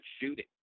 shooting